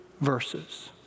verses